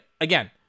again